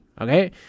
Okay